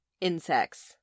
insects